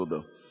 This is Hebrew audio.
תודה.